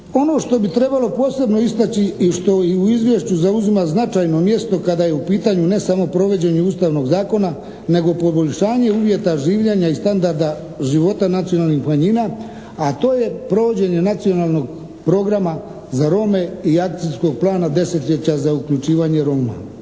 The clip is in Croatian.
Ono što bi trebalo posebno istaći i što u izvješću zauzima značajno mjesto kada je u pitanju ne samo provođenje Ustavnog zakona nego poboljšanje uvjeta življenja i standarda života nacionalnih manjina a to je provođenje nacionalnog programa za Rome i akcijskog plana desetljeća za uključivanje Roma.